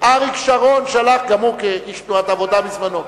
אריק שרון שלח, גם הוא, כאיש תנועת העבודה, בזמנו.